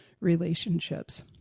relationships